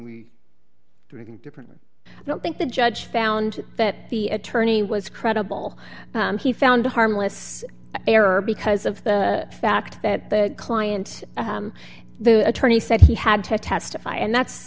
group different i don't think the judge found that the attorney was credible he found a harmless error because of the fact that the client the attorney said he had to testify and that's